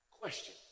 Question